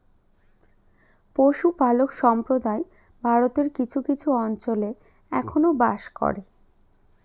পশুপালক সম্প্রদায় ভারতের কিছু কিছু অঞ্চলে এখনো বাস করে